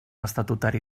estatutari